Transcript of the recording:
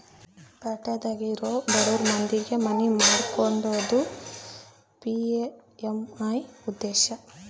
ಪ್ಯಾಟಿದಾಗ ಇರೊ ಬಡುರ್ ಮಂದಿಗೆ ಮನಿ ಮಾಡ್ಕೊಕೊಡೋದು ಪಿ.ಎಮ್.ಎ.ವೈ ಉದ್ದೇಶ